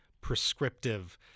prescriptive